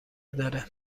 داره